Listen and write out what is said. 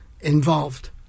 involved